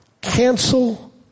Cancel